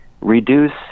reduce